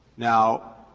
now,